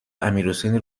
امیرحسین